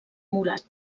morat